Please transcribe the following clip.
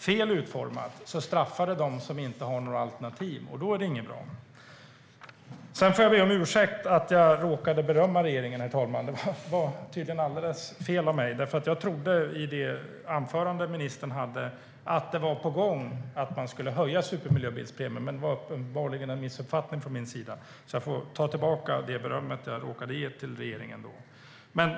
Fel utformat straffar det dem som inte har några alternativ, och då är det inte bra. Jag får be om ursäkt för att jag råkade berömma regeringen, herr talman. Det var tydligen alldeles fel av mig. Jag trodde av ministerns inlägg att döma att en höjning av supermiljöbilspremien var på gång, men det var uppenbarligen en missuppfattning från min sida. Jag får ta tillbaka det beröm jag råkade ge till regeringen.